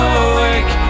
awake